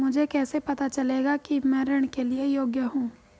मुझे कैसे पता चलेगा कि मैं ऋण के लिए योग्य हूँ?